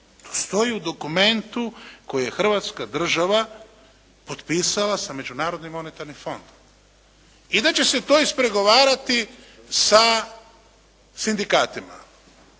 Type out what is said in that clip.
Stoji u dokumentu koji je Hrvatska država potpisala sa međunarodnim monetarnim fondom. I da će se to ispregovarati sa sindikatima.